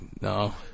no